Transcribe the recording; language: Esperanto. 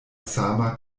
sama